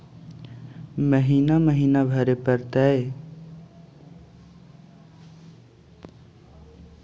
महिना महिना भरे परतैय?